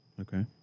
Okay